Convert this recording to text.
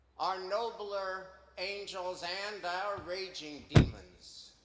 our nobler angels and our raging demons,